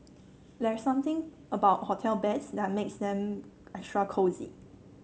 there's something about hotel beds that makes them extra cosy